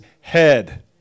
head